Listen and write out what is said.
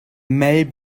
mel